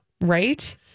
Right